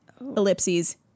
ellipses